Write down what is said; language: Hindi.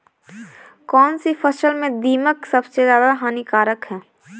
कौनसी फसल में दीमक सबसे ज्यादा हानिकारक है?